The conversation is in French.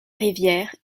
rivière